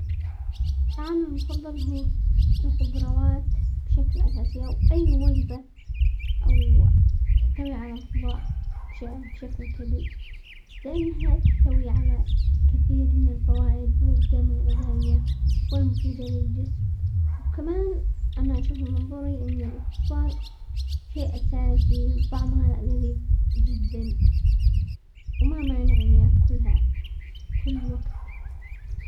طعامي المفضل هو الخضروات بشكل اساسي او اي وجبة او تحتوي على الخضار بشكل كبير، لانها تحتوي على كثير من الفوائد والقيمة الغذائية والمفيدة للجسم، وكمان انا اشوف من منظوري ان الخضار شيء اساسي وطعمها لذيذ جدا وما امانع اني اكلها كل وقت.